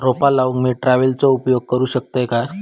रोपा लाऊक मी ट्रावेलचो उपयोग करू शकतय काय?